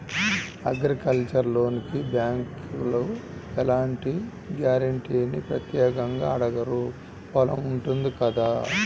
agricultural లోనుకి బ్యేంకులు ఎలాంటి గ్యారంటీనీ ప్రత్యేకంగా అడగరు పొలం ఉంటుంది కదా